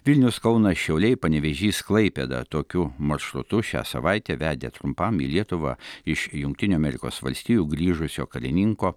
vilnius kaunas šiauliai panevėžys klaipėda tokiu maršrutu šią savaitę vedė trumpam į lietuvą iš jungtinių amerikos valstijų grįžusio karininko